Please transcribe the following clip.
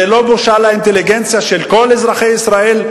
זאת לא בושה לאינטליגנציה של כל אזרחי ישראל,